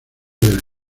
del